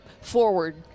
forward